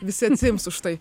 visi atsiims už tai